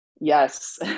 Yes